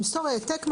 למסור העתק מההודעה.